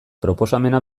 proposamena